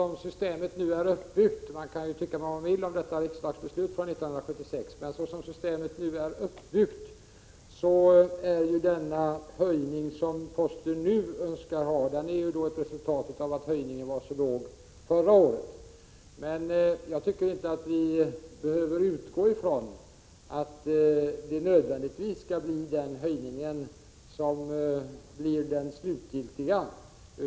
Herr talman! Man kan tycka vad man vill om detta riksdagsbeslut från 1976, men såsom systemet är uppbyggt är den höjning som posten nu önskar ett resultat av att höjningen förra året var så låg. Men jag tycker inte att vi behöver utgå från att den höjningen blir den slutgiltiga.